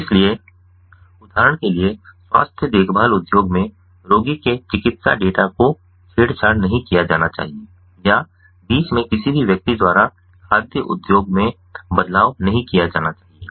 इसलिए उदाहरण के लिए स्वास्थ्य देखभाल उद्योग में रोगी के चिकित्सा डेटा को छेड़छाड़ नहीं किया जाना चाहिए या बीच में किसी भी व्यक्ति द्वारा खाद्य उद्योग में बदलाव नहीं किया जाना चाहिए